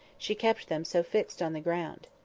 she kept them so fixed on the ground.